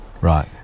Right